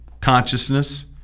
consciousness